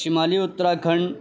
شمالی اتراکھنڈ